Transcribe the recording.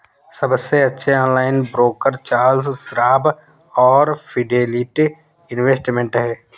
सबसे अच्छे online broker Charles Schwab और फिडेलिटी इन्वेस्टमेंट हैं